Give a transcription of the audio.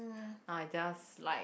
I just like